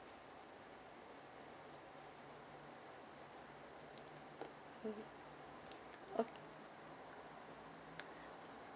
mm ok